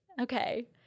Okay